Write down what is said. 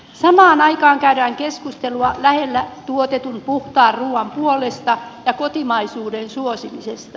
samaan aikaan käydään keskustelua lähellä tuotetun puhtaan ruuan puolesta ja kotimaisuuden suosimisesta